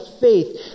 faith